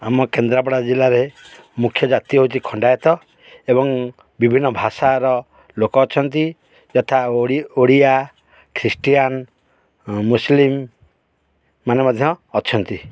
ଆମ କେନ୍ଦ୍ରାପଡ଼ା ଜିଲ୍ଲାରେ ମୁଖ୍ୟ ଜାତି ହେଉଛି ଖଣ୍ଡାୟତ ଏବଂ ବିଭିନ୍ନ ଭାଷାର ଲୋକ ଅଛନ୍ତି ଯଥା ଓଡ଼ିଆ ଖ୍ରୀଷ୍ଟିଆନ ମୁସଲିମ ମାନେ ମଧ୍ୟ ଅଛନ୍ତି